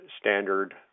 standard